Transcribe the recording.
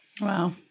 Wow